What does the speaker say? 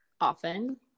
often